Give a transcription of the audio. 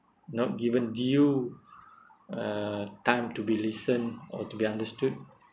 not given due uh time to be listen or to be understood